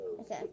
Okay